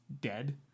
dead